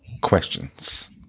questions